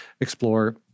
explore